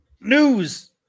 news